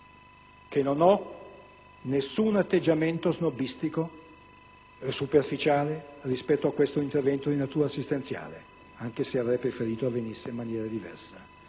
che non ho alcun atteggiamento snobistico o superficiale rispetto a questo intervento di natura assistenziale, anche se avrei preferito avvenisse in maniera diversa.